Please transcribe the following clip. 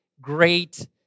great